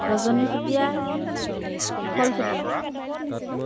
Rajani Chutia Kushal Chutia